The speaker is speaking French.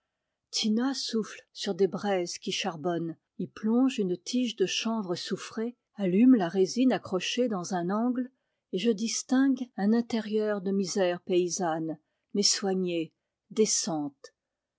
tina souffle sur des braises qui charbonnent y plonge une tige de chanvre soufrée allume la résine accrochée dans un angle et je distingue un intérieur de misère paysanne mais soignée décente